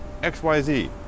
XYZ